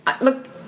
Look